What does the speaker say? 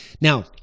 Now